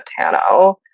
Tano